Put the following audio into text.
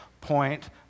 point